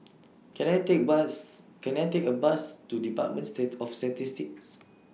Can I Take Bus Can I Take A Bus to department of Statistics